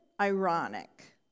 ironic